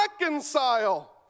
reconcile